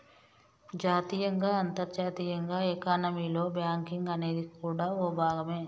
జాతీయంగా అంతర్జాతీయంగా ఎకానమీలో బ్యాంకింగ్ అనేది కూడా ఓ భాగమే